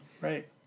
Right